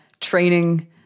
training